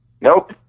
Nope